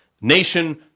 nation